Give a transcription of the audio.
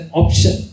option